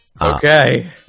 Okay